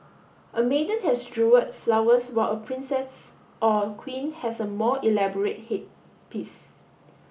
a maiden has jewelled flowers while a princess or queen has a more elaborate headpiece